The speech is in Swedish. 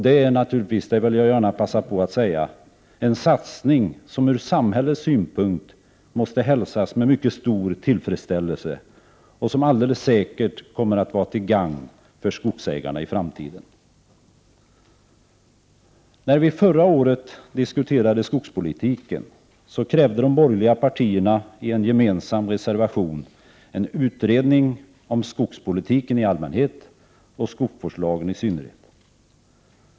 Det är naturligtvis — det vill jag gärna passa på att säga — en satsning som ur samhällets synpunkt måste hälsas med mycket stor tillfredsställelse och som alldeles säkert kommer att vara till gagn för skogsägarna i framtiden. När vi förra året diskuterade skogspolitiken krävde de borgerliga partierna i en gemensam reservation en utredning om skogspolitiken i allmänhet och skogsvårdslagen i synnerhet.